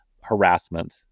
harassment